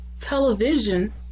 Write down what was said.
television